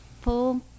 pull